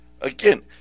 Again